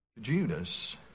Judas